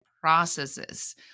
processes